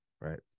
right